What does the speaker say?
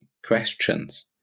Questions